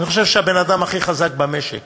אני חושב שהבן-אדם הכי חזק במשק